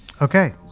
okay